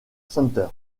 center